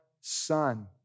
son